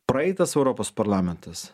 praeitas europos parlamentas